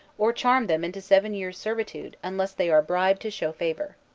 or charm them into seven years' servitude unless they are bribed to show favor.